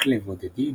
רק לבודדים,